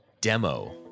Demo